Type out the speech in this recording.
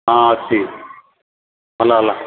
ହଁ ଅଛି ହେଲା ଭଲ ହେଲା